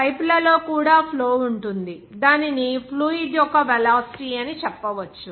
పైపుల లో కూడా ఫ్లో ఉంటుంది దానిని ఫ్లూయిడ్ యొక్క వెలాసిటీ అని చెప్పవచ్చు